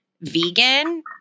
vegan